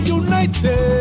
united